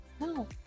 No